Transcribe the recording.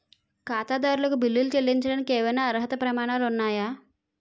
ఖాతాదారులకు బిల్లులు చెల్లించడానికి ఏవైనా అర్హత ప్రమాణాలు ఉన్నాయా?